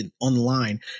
online